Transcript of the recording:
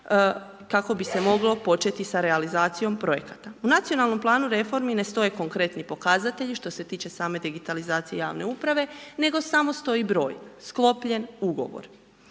kako bi se moglo početi sa realizacijom projekata. U nacionalnom planu reformi ne stoje konkretni pokazatelji što se tiče same digitalizacije javne uprave nego samo stoji broj, sklopljen ugovor.